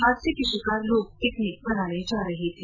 हादसे का शिकार हुए लोग पिकनिक मनाने जा रहे थे